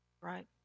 right